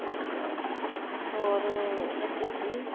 अच्छा और बच्चे ठीक